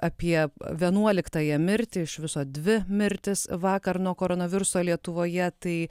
apie vienuoliktąją mirtį iš viso dvi mirtys vakar nuo koronaviruso lietuvoje tai